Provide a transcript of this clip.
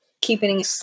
Keeping